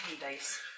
dice